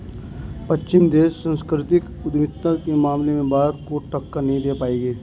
पश्चिमी देश सांस्कृतिक उद्यमिता के मामले में भारत को टक्कर नहीं दे पाएंगे